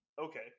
Okay